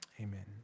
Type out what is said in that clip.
Amen